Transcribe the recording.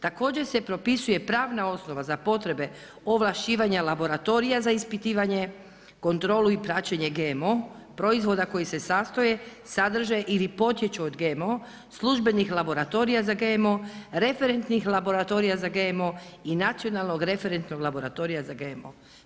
Također se propisuje pravna osoba osnova za potrebe ovlašćivanja laboratorija za ispitivanje, kontrolu i praćenje GMO proizvoda koji se sastoje, sadržaj ili potječu od GMO, službenih laboratorija za GMO, referentnih laboratorija za GMO i nacionalnog referentnog laboratorija za GMO.